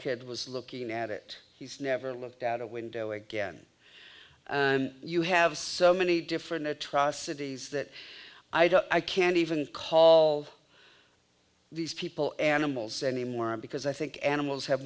kid was looking at it he's never looked out a window again you have so many different atrocities that i don't i can't even call these people animals anymore because i think animals have